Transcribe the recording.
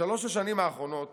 בשלוש השנים האחרונות